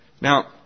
Now